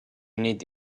need